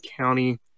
County